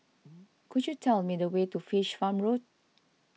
could you tell me the way to Fish Farm Road